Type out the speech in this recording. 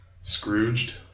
Scrooged